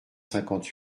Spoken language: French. cinquante